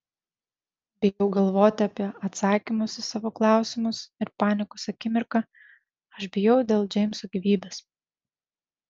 bijau galvoti apie atsakymus į savo klausimus ir panikos akimirką aš bijau dėl džeimso gyvybės